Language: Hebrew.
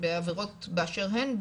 בעבירות באשר הן,